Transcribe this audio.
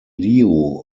liu